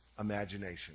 Imagination